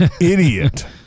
idiot